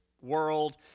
world